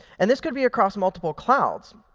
and this could be across multiple clouds.